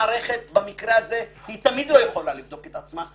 מערכת במקרה הזה אף פעם לא יכולה לבדוק את עצמה,